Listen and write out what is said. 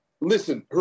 Listen